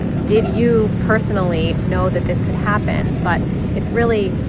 did you personally know that this could happen? but it's really,